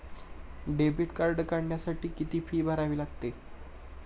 Debit card काढण्यासाठी किती fee भरावी लागते?